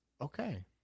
Okay